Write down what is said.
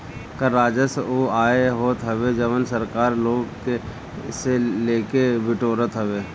कर राजस्व उ आय होत हवे जवन सरकार लोग से लेके बिटोरत हवे